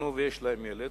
התחתנו ויש להם ילד.